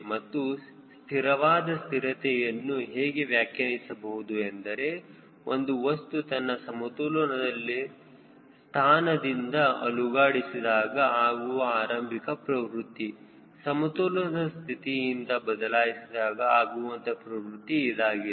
ಮತ್ತು ಸ್ಥಿರವಾದ ಸ್ಥಿರತೆಯನ್ನು ಹೇಗೆ ವ್ಯಾಖ್ಯಾನಿಸಬಹುದು ಎಂದರೆ ಒಂದು ವಸ್ತು ತನ್ನ ಸಮತೋಲನದ ಸ್ಥಾನದಿಂದ ಅಲುಗಾಡಿಸಿದಾಗ ಆಗುವ ಆರಂಭಿಕ ಪ್ರವೃತ್ತಿ ಸಮತೋಲನದ ಸ್ಥಿತಿಯಿಂದ ಬದಲಾಯಿಸಿದಾಗ ಆಗುವಂತಹ ಪ್ರವೃತ್ತಿ ಇದಾಗಿದೆ